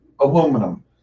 aluminum